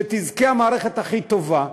שתזכה המערכת הכי טובה,